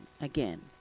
again